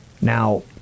Now